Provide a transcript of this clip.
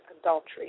adultery